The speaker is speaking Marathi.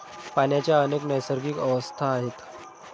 पाण्याच्या अनेक नैसर्गिक अवस्था आहेत